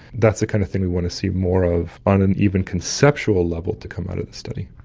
that's the kind of thing we want to see more of, on an even conceptual level, to come out of this study.